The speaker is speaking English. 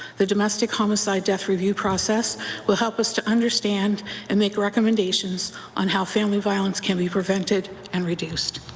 the domestic homicide death review process will help us to understand and make recommendations on how family violence can be prevented and reduced.